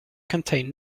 contain